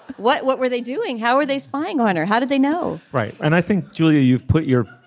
what what were they doing. how were they spying on her. how did they know right. and i think julia you've put your